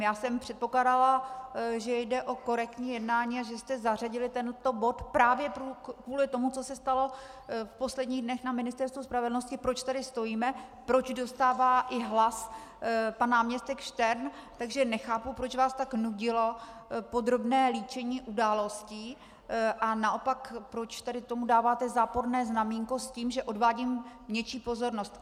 Já jsem předpokládala, že jde o korektní jednání a že jste zařadili tento bod právě kvůli tomu, co se stalo v posledních dnech na Ministerstvu spravedlnosti, proč tady stojíme, proč dostává i hlas pan náměstek Štern, takže nechápu, proč vás tak nudilo podrobné líčení událostí a naopak proč tady tomu dáváte záporné znaménko s tím, že odvádím něčí pozornost.